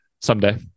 someday